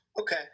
Okay